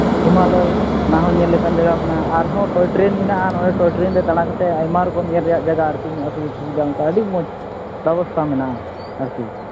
ᱦᱤᱢᱟᱞᱚᱭ ᱚᱱᱟᱦᱚᱸ ᱧᱮᱞ ᱞᱮᱠᱟᱱ ᱡᱟᱭᱜᱟ ᱢᱮᱱᱟᱜᱼᱟ ᱟᱨᱦᱚᱸ ᱴᱚᱭ ᱴᱨᱮᱱ ᱢᱮᱱᱟᱜᱼᱟ ᱴᱚᱭ ᱴᱨᱮᱱ ᱨᱮ ᱫᱟᱬᱟ ᱠᱟᱛᱮᱫ ᱟᱭᱢᱟ ᱨᱚᱠᱚᱢ ᱧᱮᱞ ᱨᱮᱭᱟᱜ ᱡᱟᱭᱜᱟ ᱟᱨᱠᱤ ᱢᱮᱱᱟᱜᱼᱟ ᱥᱩᱡᱳᱜᱽ ᱥᱩᱵᱤᱫᱷᱟ ᱟᱹᱰᱤ ᱢᱚᱡᱽ ᱵᱮᱵᱚᱥᱛᱷᱟ ᱢᱮᱱᱟᱜᱼᱟ ᱟᱨᱠᱤ